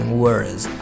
words